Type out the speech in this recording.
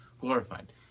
glorified